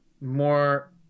more